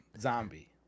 zombie